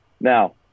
Now